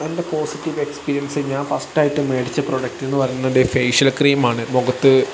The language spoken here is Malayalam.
എൻറ്റെ പോസിറ്റീവ് എക്സ്പീരിയൻസ് ഞാൻ ഫസ്റ്റ് ആയിട്ട് മേടിച്ച പ്രോഡക്റ്റ് എന്ന് പറയുന്നത് ഒരു ഫേഷ്യൽ ക്രീം ആണ് മുഖത്ത്